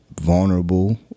vulnerable